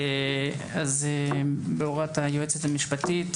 אז בהוראת היועצת המשפטית,